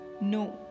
No